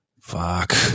Fuck